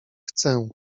chcę